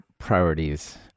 Priorities